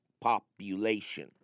population